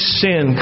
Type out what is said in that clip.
sin